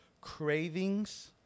cravings